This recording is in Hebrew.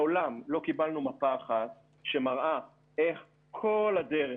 מעולם לא קיבלנו מפה אחת שמראה איך כל הדרך